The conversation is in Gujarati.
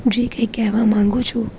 જે કંઈ કહેવા માગું છું